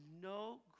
no